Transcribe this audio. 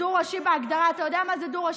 דו-ראשי בהגדרה, אתה יודע מה זה דו-ראשי?